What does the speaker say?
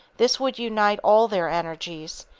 this would unite all their energies,